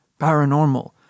paranormal